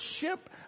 ship